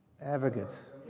advocates